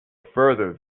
further